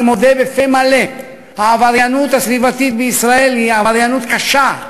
אני מודה בפה מלא: העבריינות הסביבתית בישראל היא עבריינות קשה,